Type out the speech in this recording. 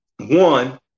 One